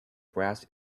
brass